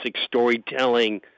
storytelling